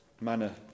manner